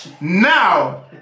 now